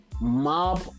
mob